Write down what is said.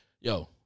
yo